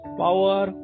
power